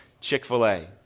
Chick-fil-A